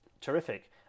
terrific